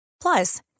Plus